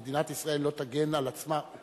מדינת ישראל לא תגן על עצמה?